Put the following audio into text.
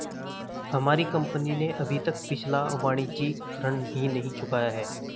हमारी कंपनी ने अभी तक पिछला वाणिज्यिक ऋण ही नहीं चुकाया है